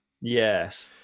Yes